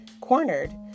Cornered